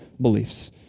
beliefs